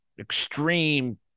extreme